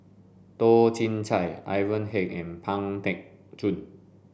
Toh Chin Chye Ivan Heng and Pang Teck Joon